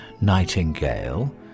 nightingale